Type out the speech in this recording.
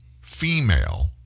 female